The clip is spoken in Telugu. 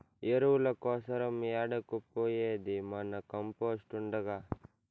ఎరువుల కోసరం ఏడకు పోయేది మన కంపోస్ట్ ఉండగా